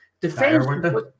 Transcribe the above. Defense